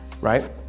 Right